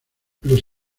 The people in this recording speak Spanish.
los